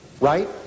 right